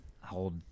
hold